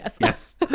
Yes